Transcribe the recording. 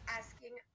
asking